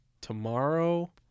tomorrow